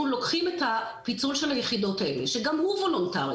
לוקחים את הפיצול של היחידות האלה שגם הוא וולונטרי,